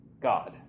God